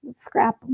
scrap